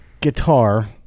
guitar